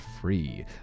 free